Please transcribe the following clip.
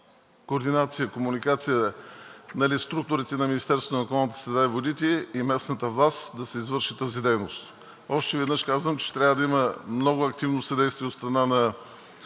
координация, комуникация в структурите на Министерството на околната среда и водите и местната власт да се извърши тази дейност. Още веднъж казвам, че трябва да има много активно съдействие от страна на